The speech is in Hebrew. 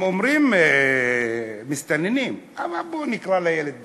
הם אומרים "מסתננים", אבל בוא נקרא לילד בשמו: